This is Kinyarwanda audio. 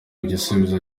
igisubizo